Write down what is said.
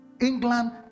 England